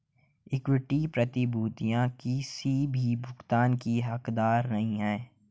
equity प्रतिभूतियां किसी भी भुगतान की हकदार नहीं हैं